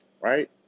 Right